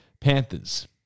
Panthers